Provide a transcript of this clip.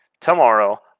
Tomorrow